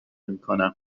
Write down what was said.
میکنم